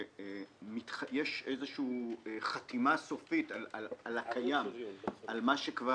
יש איזושהי חתימה סופית על הקיים -- שם